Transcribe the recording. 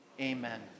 Amen